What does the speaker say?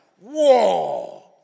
whoa